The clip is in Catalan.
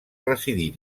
residir